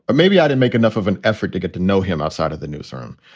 maybe i didn't make enough of an effort to get to know him outside of the newsroom.